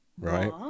Right